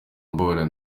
mbabarira